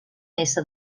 ésser